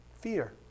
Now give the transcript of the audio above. Fear